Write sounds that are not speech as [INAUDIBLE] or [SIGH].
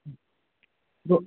ம் [UNINTELLIGIBLE]